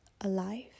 alive